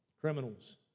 criminals